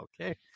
Okay